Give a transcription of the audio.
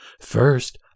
FIRST